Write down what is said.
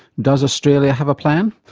does australia have a plan?